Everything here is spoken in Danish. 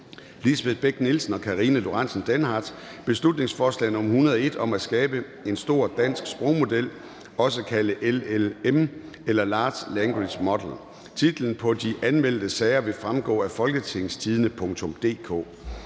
nr. B 101 (Forslag til folketingsbeslutning om at skabe en stor dansk sprogmodel, også kaldet LLM eller large language model). Titler på de anmeldte sager vil fremgå af www.folketingstidende.dk